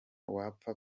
wapfa